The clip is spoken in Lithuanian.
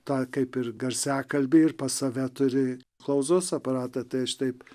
tą kaip ir garsiakalbį ir pas save turi klausos aparatą tai aš taip